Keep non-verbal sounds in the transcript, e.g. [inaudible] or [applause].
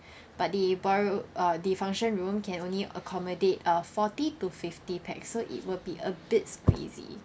[breath] but the ballroom uh the function room can only accommodate a forty to fifty PAX so it will be a bit squeezy